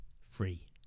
Free